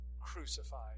crucified